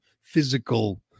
physical